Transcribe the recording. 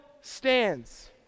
stands